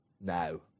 now